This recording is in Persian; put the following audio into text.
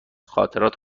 خاطرات